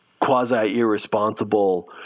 quasi-irresponsible